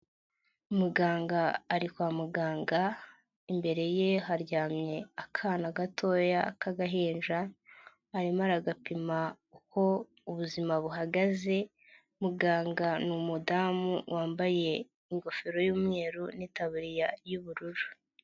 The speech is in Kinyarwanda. Muganga ari kwa muganga, imbere ye haryamye akana gatoya k'agahinja, arimo aragapima uko ubuzima buhagaze, muganga ni umudamu wambaye ingofero y'umweru n'itaburiya y'ubururu.